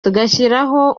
tugashyiraho